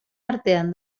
artean